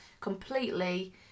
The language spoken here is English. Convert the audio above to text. completely